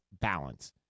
balance